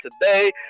today